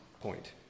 point